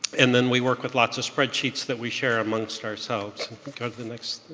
and then we work with lots of spreadsheets that we share amongst ourselves. go to the next